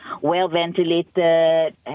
well-ventilated